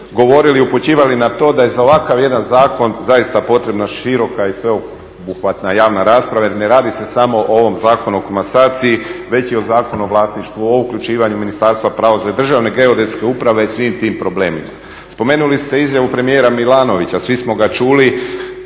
govorili i upućivali na to da je za ovakav jedan zakon zaista potrebna široka i sveobuhvatna javna rasprava jer ne radi se samo o ovom Zakonu o komasaciji već i o Zakonu o vlasništvu o uključivanju Ministarstva pravosuđa, Državne geodetske uprave i svim tim problemima. Spomenuli ste izjavu premijera Milanovića, svi smo ga čuli